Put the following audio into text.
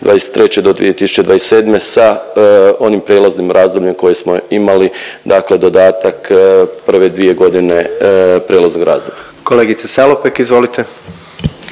do 2027. sa onim prijelaznim razdobljem koje smo imali dakle dodatak prve dvije godine prijelaznog razdoblja. **Jandroković,